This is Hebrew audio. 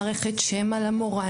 מערכת שמע למורה,